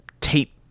tape